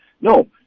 No